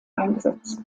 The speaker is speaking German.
eingesetzt